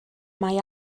mae